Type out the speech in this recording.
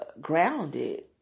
grounded